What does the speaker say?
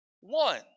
one